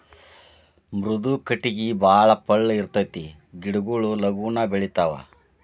ಮೃದು ಕಟಗಿ ಬಾಳ ಪಳ್ಳ ಇರತತಿ ಗಿಡಗೊಳು ಲಗುನ ಬೆಳಿತಾವ